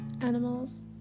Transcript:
animals